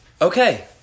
Okay